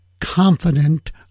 confident